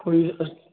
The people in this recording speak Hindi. कोई अ